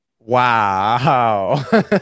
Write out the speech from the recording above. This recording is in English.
wow